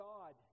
God